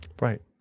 Right